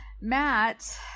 matt